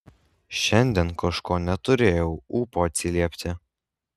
šiandien kažko neturėjau ūpo atsiliepti